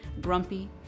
grumpy